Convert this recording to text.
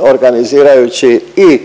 organizirajući i